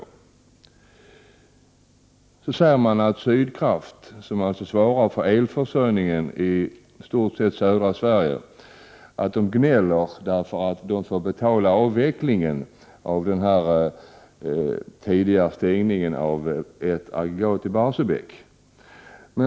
Men så säger man att Sydkraft, som alltså svarar för elförsörjningen i stort sett i hela södra Sverige, gnäller över att behöva betala avvecklingen av den tidiga stängningen av ett aggregat i Barsebäck.